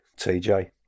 TJ